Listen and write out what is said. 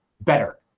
better